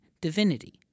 divinity